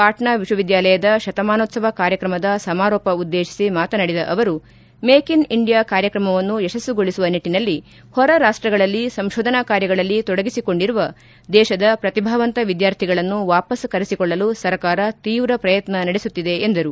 ಪಾಟ್ನಾ ವಿಶ್ವವಿದ್ಯಾಲಯದ ಶತಮಾನೋತ್ವವ ಕಾರ್ಯಕ್ರಮದ ಸಮಾರೋಪ ಉದ್ದೇಶಿಸಿ ಮಾತನಾಡಿದ ಅವರು ಮೇಕ್ ಇನ್ ಇಂಡಿಯಾ ಕಾರ್ಯಕ್ರಮವನ್ನು ಯಶಸ್ಸುಗೊಳಿಸುವ ನಿಟ್ಲನಲ್ಲಿ ಹೊರರಾಷ್ಸಗಳಲ್ಲಿ ಸಂಶೋಧನಾ ಕಾರ್ಯಗಳಲ್ಲಿ ತೊಡಗಿಸಿಕೊಂಡಿರುವ ದೇತದ ಪ್ರತಿಭಾವಂತ ವಿದ್ಲಾರ್ಥಿಗಳನ್ನು ವಾಪಸ್ ಕರೆಸಿಕೊಳ್ಳಲು ಸರ್ಕಾರ ತೀವ್ರ ಪ್ರಯತ್ನ ನಡೆಸುತ್ತಿದೆ ಎಂದರು